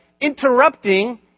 interrupting